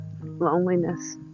loneliness